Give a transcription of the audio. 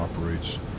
operates